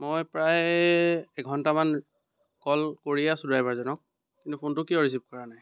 মই প্ৰায় এঘন্টামান কল কৰিয়েই আছোঁ ড্ৰাইভাৰজনক কিন্তু ফোনটো কিয় ৰিচিভ কৰা নাই